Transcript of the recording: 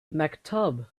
maktub